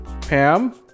Pam